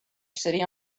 city